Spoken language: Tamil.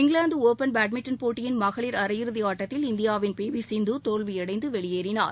இங்கிலாந்து ஒபன் பேட்மிண்டன் போட்டியின் மகளிர் அரையிறுதி ஆட்டத்தில் இந்தியாவின் பி வி சிந்து தோல்வியடைந்து வெளியேறினார்